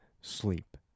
sleep